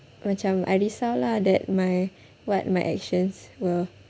macam I risau lah that my what my actions will